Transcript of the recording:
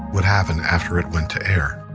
would happen after it went to air